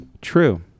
True